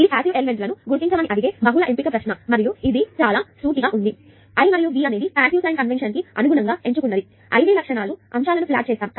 ఇది passive element లను గుర్తించమని అడిగే బహుళ ఎంపిక ప్రశ్న మరియు ఇది చాలా సూటిగా ఉంది I మరియు V అనేది పాసివ్ సైన్ కన్వెన్షన్ కి అనుగుణంగా ఎంచుకున్నది IV లక్షణాల అంశాలను ప్లాట్ చేస్తాము